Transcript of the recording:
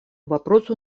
вопросу